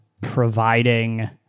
providing